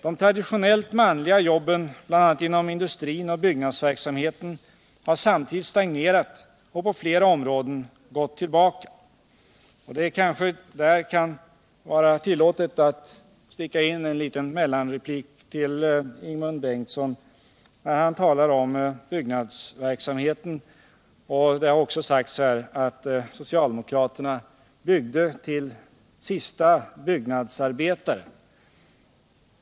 De traditionellt manliga jobben bl.a. inom industrin och byggnadsverksamheten har samtidigt stagnerat och på flera områden gått tillbaka. Det kanske kan vara tillåtet att sticka in en liten mellanreplik till Ingemund Bengtsson när han talar om byggnadsverksamheten. Det har också sagts här i dag att socialdemokraterna byggde till sista byggnadsarbetaren.